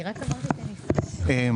בבקשה.